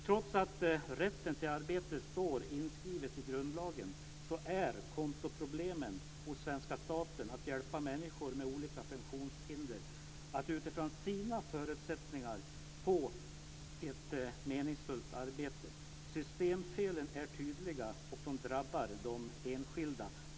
Trots att rätten till arbete står inskrivet i grundlagen finns det kontoproblem hos svenska staten när det gäller att hjälpa människor med olika funktionshinder att utifrån sina förutsättningar få ett meningsfullt arbete. Systemfelen är tydliga, och de drabbar de enskilda.